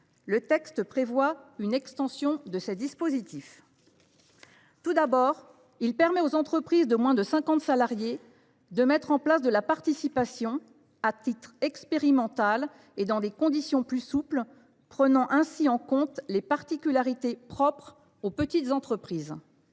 Le texte prévoit une extension de ces dispositifs. Tout d’abord, il permet aux entreprises de moins de 50 salariés de mettre en place la participation, à titre expérimental et dans des conditions plus souples, prenant ainsi en compte les particularités propres aux petites entreprises.